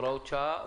הוראות שעה.